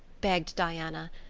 begged diana.